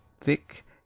thick